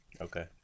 Okay